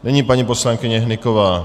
Nyní paní poslankyně Hnyková.